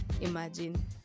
imagine